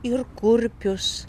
ir kurpius